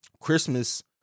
christmas